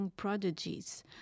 Prodigies